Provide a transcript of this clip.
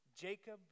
Jacob